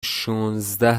شانزده